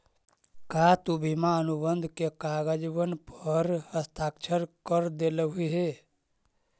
का तु बीमा अनुबंध के कागजबन पर हस्ताक्षरकर देलहुं हे?